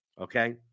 okay